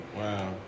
Wow